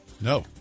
No